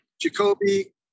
Jacoby